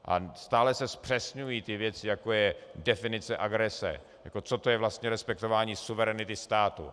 A stále se zpřesňují ty věci, jako je definice agrese, co to je vlastně respektování suverenity státu.